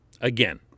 again